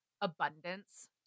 abundance